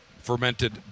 fermented